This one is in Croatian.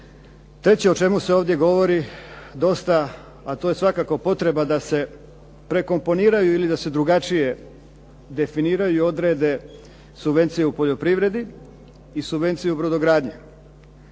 Treće o čemu se ovdje govori dosta, a to je svakako potreba da se prekomponiraju ili da se drugačije definiraju i odrede subvencije u poljoprivredi i subvencije u brodogradnji.